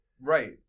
Right